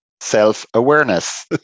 self-awareness